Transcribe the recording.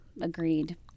agreed